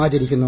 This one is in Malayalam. ആചരിക്കുന്നു